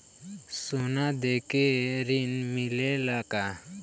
सोना देके ऋण मिलेला का?